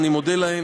ואני מודה להם.